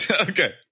Okay